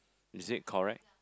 is it correct